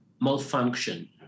malfunction